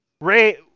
Ray